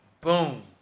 Boom